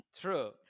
True